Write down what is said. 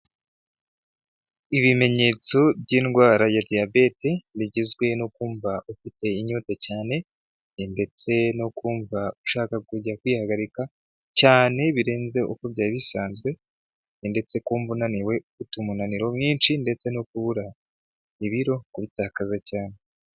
Ibimenyetso by'indwara ya diyabete bigizwe no kumva ufite inyota cyane ndetse no kumva ushaka kujya kwihagarika cyane birenze uko byari bisanzwe, ndetse kumva unaniwe ufite umunaniro mwinshi ndetse no kubura ibiro kubitakaza cyane.